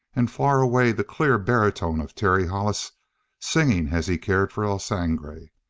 and far away the clear baritone of terry hollis singing as he cared for el sangre.